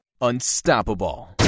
unstoppable